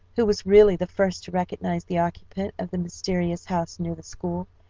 who was really the first to recognize the occupant of the mysterious house near the school,